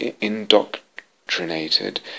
indoctrinated